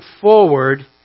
forward